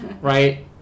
right